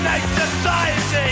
Society